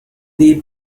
day